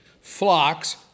flocks